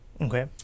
Okay